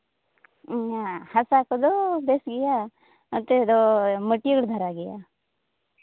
ᱦᱮᱸ ᱦᱟᱥᱟ ᱠᱚᱫᱚ ᱵᱮᱥ ᱜᱮᱭᱟ ᱚᱱᱛᱮ ᱫᱚ ᱢᱟᱹᱴᱭᱟᱹᱲ ᱫᱷᱟᱨᱟ ᱜᱮᱭᱟ